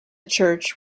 church